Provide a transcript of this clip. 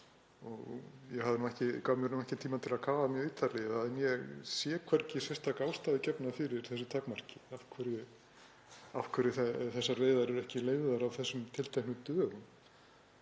Ég gaf mér ekki tíma til að kafa mjög ítarlega í það, en ég sé hvergi sérstakar ástæður gefnar fyrir þessu takmarki, af hverju þessar veiðar eru ekki leyfðar á þessum tilteknu dögum.